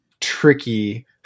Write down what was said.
tricky